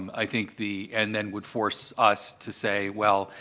i think the and then, would force us to say, well,